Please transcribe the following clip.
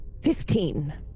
Fifteen